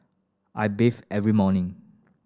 I bathe every morning